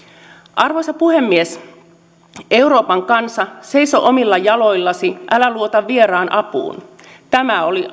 arvoisa puhemies euroopan kansa seiso omilla jaloillasi älä luota vieraan apuun tämä oli